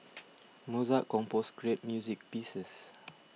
Mozart composed great music pieces